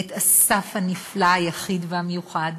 את אסף הנפלא היחיד והמיוחד,